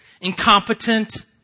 incompetent